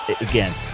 Again